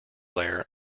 lair